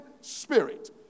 spirit